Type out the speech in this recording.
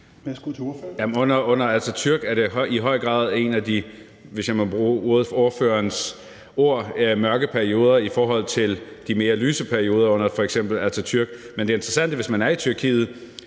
befinder man sig i høj grad i en af de – hvis jeg må bruge ordførerens ord – mørke perioder i forhold til de mere lyse perioder under f.eks. Atatürk. Men det interessante er, at hvis man er i Tyrkiet